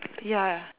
ya